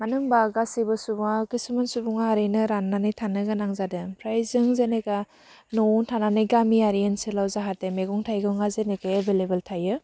मानो होमबा गासैबो सुबुङा खिसुमान सुबुङा ओरैनो रान्नानै थानो गोनां जादों ओमफ्राय जों जेनेखा न'आवनो थानानै गामियारि ओनसोलाव जाहाथे मेगं थाइगंआ जेनेखे एभेलेबल थायो